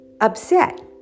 upset